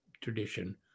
tradition